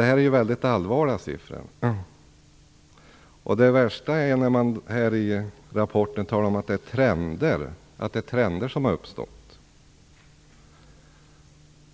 Detta är väldigt allvarliga siffror. Det värsta är att man i rapporten talar om att det är trender som har uppstått.